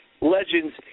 Legends